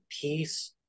peace